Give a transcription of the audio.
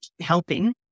helping